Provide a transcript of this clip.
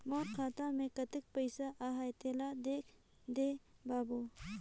मोर खाता मे कतेक पइसा आहाय तेला देख दे बाबु?